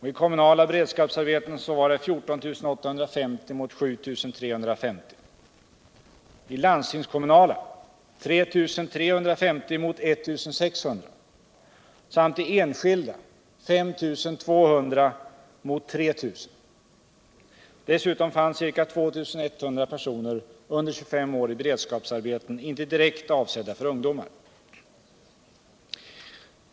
I kommunala beredskapsarbeten var antalet 14 850 mot 7 350, i läandstingskommunala 3 350 mot 1 600 samt i enskilda 5 200 mot 3 000. Dessutom fanns ca 2 100 personer under 25 år i beredskapsarbeten inte direkt avsedda för ungdomar.